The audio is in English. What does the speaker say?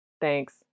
Thanks